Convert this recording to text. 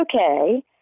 okay